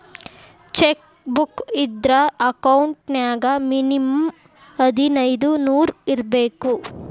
check book ಇದ್ರ account ನ್ಯಾಗ minimum ಹದಿನೈದ್ ನೂರ್ ಇರ್ಬೇಕು